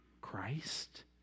Christ